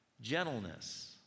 gentleness